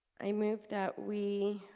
i move that we